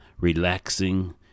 relaxing